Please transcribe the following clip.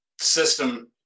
system